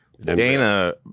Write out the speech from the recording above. Dana